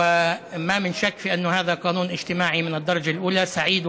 ואין ספק שזה חוק חברתי ממדרגה ראשונה.